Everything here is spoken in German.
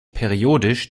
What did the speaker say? periodisch